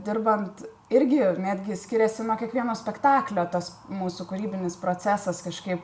dirbant irgi netgi skiriasi nuo kiekvieno spektaklio tas mūsų kūrybinis procesas kažkaip